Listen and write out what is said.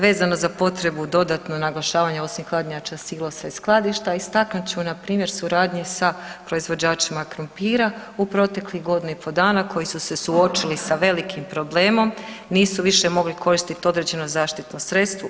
Vezano za potrebu dodatnog naglašavanja osim hladnjača, silosa i skladišta, istaknut ću npr. suradnju sa proizvođačima krumpira, u proteklih godinu u pol dana koji su se suočili sa velikim problemom nisu više mogli koristit određeno zaštitno sredstvo.